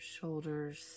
shoulders